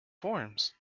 forms